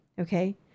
Okay